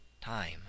Time